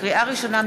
לקריאה ראשונה,